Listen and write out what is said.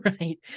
right